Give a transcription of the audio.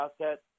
assets